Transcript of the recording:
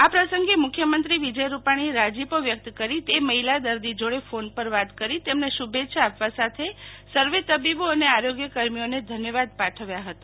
આ પ્રસંગે મુખ્યમંત્રી વિજય રૂપાણીએ રાજીપો વ્યક્ત કરી તે મહિલા જોડે ફોન પર વાત કરી તેમને શુભેચ્છા આપવા સાથે સર્વે તબીબો અને આરોગ્ય કર્મીઓએને ધન્યવાદ પાઠવ્યા હતા